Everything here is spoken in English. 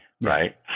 Right